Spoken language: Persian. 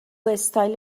استایل